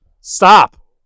Stop